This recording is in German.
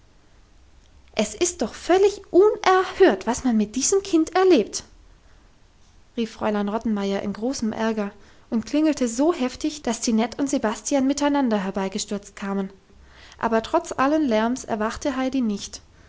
es ist doch völlig unerhört was man mit diesem kind erlebt rief fräulein rottenmeier in großem ärger und klingelte so heftig dass tinette und sebastian miteinander herbeigestürzt kamen aber trotz allen lärms erwachte heidi nicht